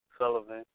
Sullivan